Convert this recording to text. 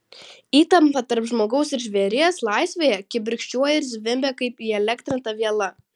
įtampa tarp žmogaus ir žvėries laisvėje kibirkščiuoja ir zvimbia kaip įelektrinta viela